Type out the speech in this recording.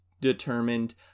determined